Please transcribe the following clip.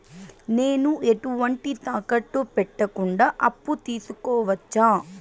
నేను ఎటువంటి తాకట్టు పెట్టకుండా అప్పు తీసుకోవచ్చా?